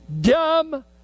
dumb